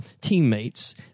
teammates